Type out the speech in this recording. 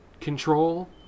control